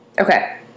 Okay